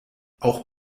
auch